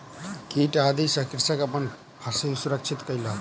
कीट आदि सॅ कृषक अपन फसिल सुरक्षित कयलक